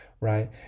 right